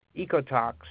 ecotox